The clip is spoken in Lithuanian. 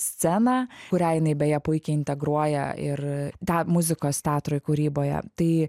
sceną kurią jinai beje puikiai integruoja ir tą muzikos teatrui kūryboje tai